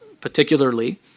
particularly